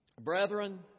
Brethren